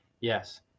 yes